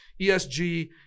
ESG